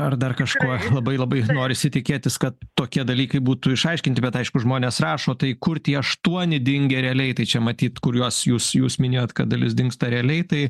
ar dar kažkuo labai labai norisi tikėtis kad tokie dalykai būtų išaiškinti bet aišku žmonės rašo tai kur tie aštuoni dingę realiai tai čia matyt kuriuos jūs jūs minėjot kad dalis dingsta realiai tai